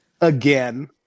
Again